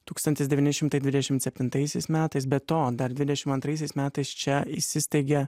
tūkstantis devyni šimtai dvidešimt septintaisiais metais be to dar dvidešimt antraisiais metais čia įsisteigė